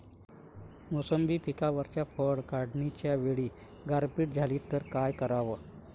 मोसंबी पिकावरच्या फळं काढनीच्या वेळी गारपीट झाली त काय कराव?